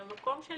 אלא ממקום של